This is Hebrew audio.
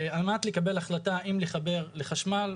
אף אחד לא מגיש את זה לחנות מזון,